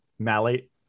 Malate